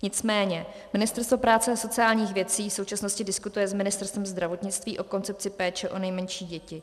Nicméně Ministerstvo práce a sociálních věcí v současnosti diskutuje s Ministerstvem zdravotnictví o koncepci péče o nejmenší děti.